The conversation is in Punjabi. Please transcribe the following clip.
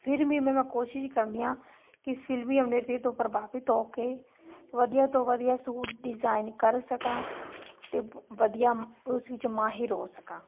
ਫਿਰ ਵੀ ਮੈਂ ਕੋਸ਼ਿਸ਼ ਕਰਦੀ ਹਾਂ ਕਿ ਫਿਲਮੀ ਅਭਿਨੇਤਰੀ ਤੋਂ ਪ੍ਰਭਾਵਿਤ ਹੋ ਕੇ ਵਧੀਆ ਤੋਂ ਵਧੀਆ ਸੂਟ ਡਿਜ਼ਾਇਨ ਕਰ ਸਕਾਂ ਅਤੇ ਵਧੀਆ ਉਸ ਵਿੱਚ ਮਾਹਿਰ ਹੋ ਸਕਾਂ